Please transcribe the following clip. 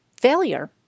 failure